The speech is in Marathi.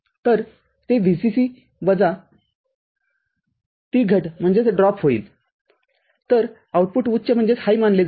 तर ते VCC वजा ती घट होईल तरआउटपुट उच्च मानले जाईल